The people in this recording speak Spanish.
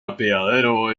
apeadero